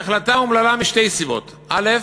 היא החלטה אומללה משתי סיבות: א.